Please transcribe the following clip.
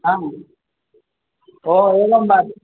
आम् एवं वा